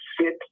sit